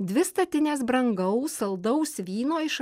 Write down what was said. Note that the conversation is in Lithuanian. dvi statinės brangaus saldaus vyno iš